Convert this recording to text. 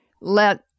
let